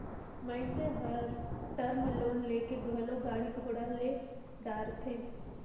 मइनसे हर term loan लेके घलो गाड़ी घोड़ा ले डारथे